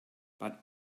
but